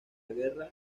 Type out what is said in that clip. guerra